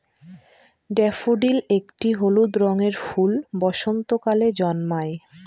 daffodil একটি হলুদ রঙের ফুল বসন্তকালে জন্মায়